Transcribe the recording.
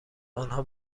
آنها